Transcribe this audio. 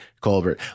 Colbert